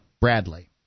Bradley